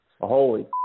holy